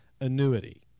annuity